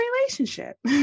relationship